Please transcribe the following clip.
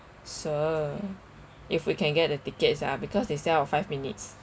so if we can get a tickets ah because they sell out five minutes